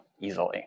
easily